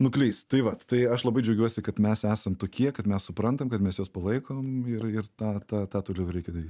nuklyst tai vat tai aš labai džiaugiuosi kad mes esam tokie kad mes suprantam kad mes juos palaikom ir ir tą tą tą toliau reikia daryt